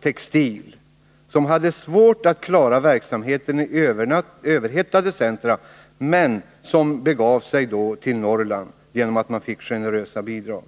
textilindustrin, som hade svårt att klara verksamheten i överhettade centra men som begav sig till Norrland på grund av att man fick generösa bidrag.